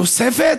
תוספת?